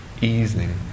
easing